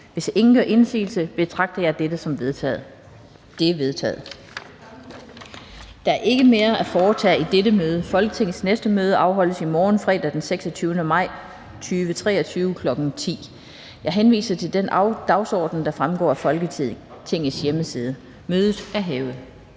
--- Kl. 17:12 Meddelelser fra formanden Den fg. formand (Annette Lind): Der er ikke mere at foretage i dette møde. Folketingets næste møde afholdes i morgen, fredag den 26. maj 2023, kl. 10.00. Jeg henviser til den dagsorden, der fremgår af Folketingets hjemmeside. Mødet er hævet.